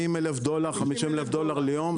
40-50 אלף דולר ליום,